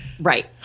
Right